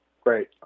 great